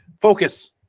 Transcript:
focus